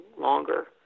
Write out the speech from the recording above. longer